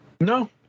No